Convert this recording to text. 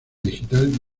digital